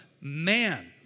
man